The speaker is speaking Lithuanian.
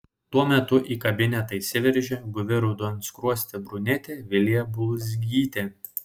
tuo metu į kabinetą įsiveržė guvi raudonskruostė brunetė vilija bulzgytė